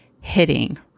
hitting